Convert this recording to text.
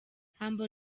humble